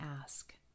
ask